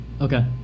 okay